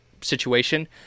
situation